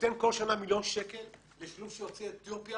נותן כל שנה מיליון שקל לשילוב של יוצאי אתיופיה